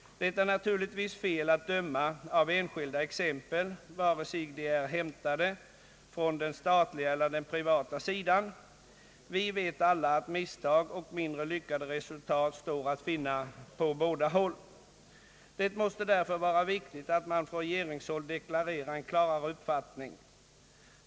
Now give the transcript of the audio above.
Det är naturligtvis fel att döma av enskilda exempel, vare sig de är hämtade från den statliga eller den privata sidan. Vi vet alla att misstag och mindre lyckade resultat står att finna på båda håll. Det måste därför vara viktigt att man från regeringshåll deklarerar en klarare uppfattning.